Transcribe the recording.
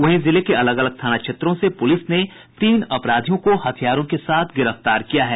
वहीं जिले के अलग अलग थाना क्षेत्रों से पुलिस ने तीन अपराधियों को हथियारों के साथ गिरफ्तार किया है